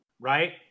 right